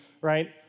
right